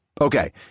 Okay